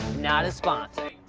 not a sponsor.